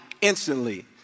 instantly